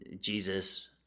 Jesus